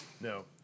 No